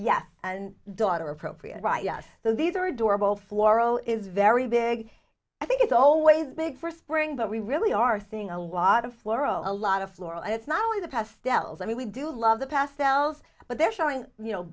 yes and daughter appropriate right yes these are adorable floral is very big i think it's always big for spring but we really are seeing a lot of floral a lot of floral and it's not only the pastels i mean we do love the pastels but they're showing